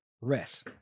rest